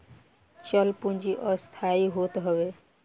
चल पूंजी अस्थाई होत हअ